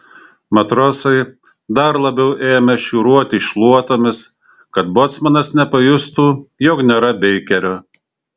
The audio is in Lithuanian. matrosai dar labiau ėmė šiūruoti šluotomis kad bocmanas nepajustų jog nėra beikerio